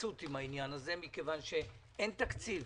התפוצצות עם הדבר הזה, כי אין תקציב